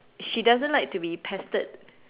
she doesn't like to be pestered